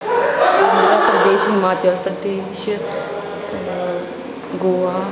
Himachal Pradesh Goa